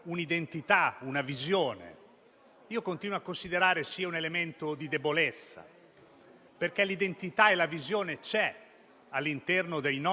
Non c'è nessuna ideologia retroattiva nel considerare l'impresa preziosa per il sistema territoriale;